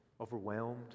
Overwhelmed